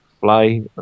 fly